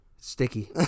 Sticky